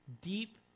deep